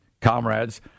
comrades